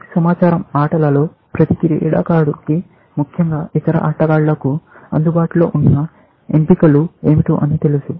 పూర్తి సమాచారం ఆటలలో ప్రతి క్రీడాకారుడు కి ముఖ్యంగా ఇతర ఆటగాళ్లకు అందుబాటులో ఉన్న ఎంపికలు ఏమిటి అని తెలుసు